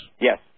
Yes